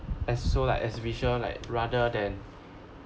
as so like as visual like rather than